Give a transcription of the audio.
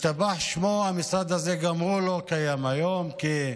ישתבח שמו, גם המשרד הזה לא קיים כיום.